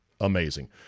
amazing